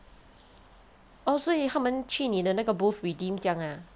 orh 所以他们去你的那个 booth redeem 这样啊